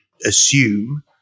assume